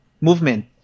movement